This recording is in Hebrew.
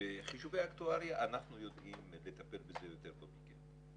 בחישובי אקטואריה אנחנו יודעים לטפל בזה יותר טוב מכם.